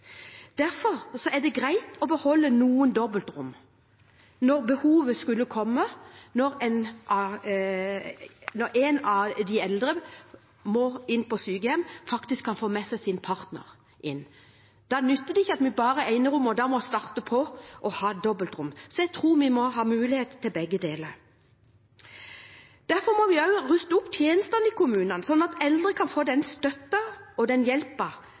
er det greit å beholde noen dobbeltrom til behovet skulle komme, slik at den av de eldre som må på sykehjem, faktisk kan få med seg sin partner inn. Da nytter det ikke at vi bare har enerom og da må starte på med dobbeltrom. Så jeg tror vi må ha mulighet til begge deler. Derfor må vi også ruste opp tjenestene i kommunene, slik at eldre kan få den støtten og den